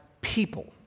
people